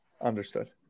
Understood